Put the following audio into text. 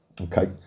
okay